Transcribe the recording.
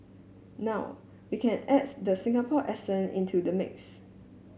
now we can adds the Singaporean accent into the mix